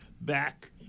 back